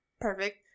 perfect